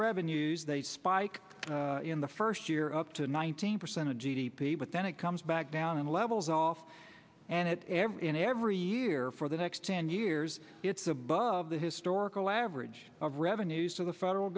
revenues that spike in the first year up to nineteen percent of g d p but then it comes back down in levels off and it ever in every year for the next ten years it's above the historical average of revenues to the federal